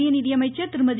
மத்திய நிதியமைச்சர் திருமதி